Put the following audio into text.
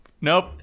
Nope